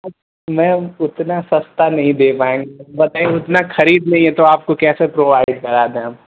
ma'am उतना सस्ता नहीं दे पाएंगे बताइए उतनी ख़रीद नहीं है तो आपको कैसे प्रोभाइड करा दें हम